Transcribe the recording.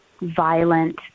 violent